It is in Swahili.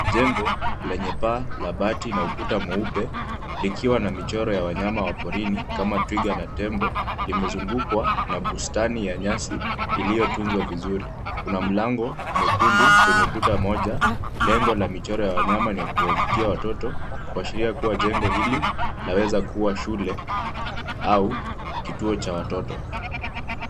Jengo lenye paa la bati na ukuta mweupe likiwa na michoro ya wanyama wa porini kama twiga na tembo, limezungukwa na bustani ya nyasi iliyotunzwa vizuri ,kuna mlango mwekundu kwenye ukuta moja, lengo la michoro ya wanyama ni kuwavutia watoto , kuashiria kua jengo hili linaweza kua shule au kituo cha watoto.